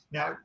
Now